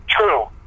True